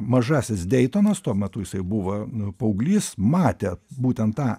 mažasis deitonas tuo metu jisai buvo nu paauglys matė būtent tą